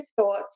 thoughts